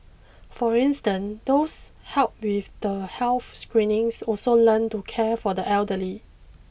for instance those helped with the health screenings also learnt to care for the elderly